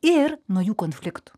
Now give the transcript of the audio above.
ir nuo jų konfliktų